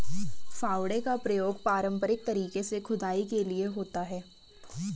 फावड़े का प्रयोग पारंपरिक तरीके से खुदाई के लिए होता है